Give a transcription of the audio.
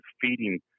feeding